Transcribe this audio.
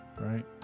right